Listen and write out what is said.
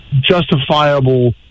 justifiable